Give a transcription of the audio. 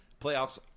Playoffs